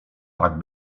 tak